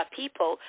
people